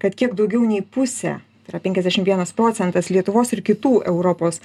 kad kiek daugiau nei pusė tai yra penkiasdešimt vienas procentas lietuvos ir kitų europos